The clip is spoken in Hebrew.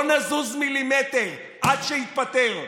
לא נזוז מילימטר עד שיתפטר.